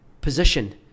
position